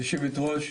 היו"ר,